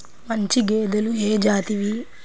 మంచి గేదెలు ఏ జాతివి?